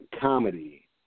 comedy